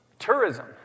tourism